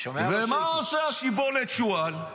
מה עושה השיבולת שועל?